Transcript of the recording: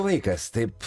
laikas taip